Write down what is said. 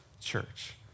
church